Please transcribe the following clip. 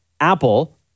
Apple